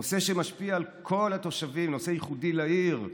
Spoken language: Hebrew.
נושא שמשפיע על כל התושבים, נושא ייחודי לעיר.